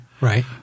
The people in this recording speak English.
Right